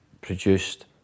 produced